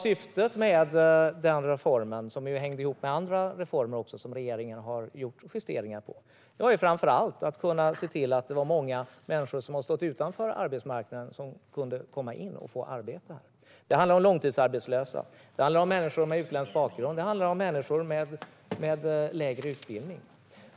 Syftet med den här reformen, som ju hängde ihop med andra reformer som regeringen har gjort justeringar i, var framför allt att se till att många människor som hade stått utanför arbetsmarknaden kunde komma in och få arbeta. Det handlar om långtidsarbetslösa, det handlar om människor med utländsk bakgrund och det handlar om människor med lägre utbildning.